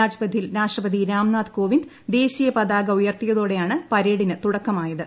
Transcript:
രാജ്പഥിൽ രാഷ്ട്രപതി രാംനാഥ് കോവിന്ദ് ദേശീയ പതാക ഉയർത്തിയതോടെയാണ് പരേഡിന് തുടക്കമായത്